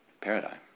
paradigm